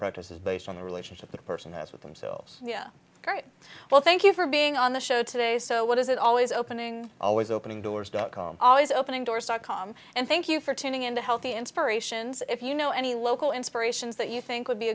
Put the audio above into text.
practice is based on the relationship the person has with themselves well thank you for being on the show today so what is it always opening always opening doors dot com always opening doors are calm and thank you for tuning into healthy inspirations if you know any local inspirations that you think would be